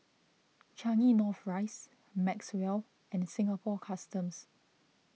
Changi North Rise Maxwell and Singapore Customs